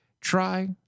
Try